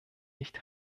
nicht